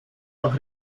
auch